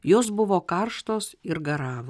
jos buvo karštos ir garavo